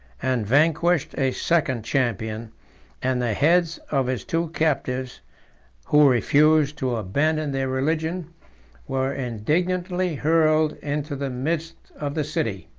and vanquished a second champion and the heads of his two captives who refused to abandon their religion were indignantly hurled into the midst of the city.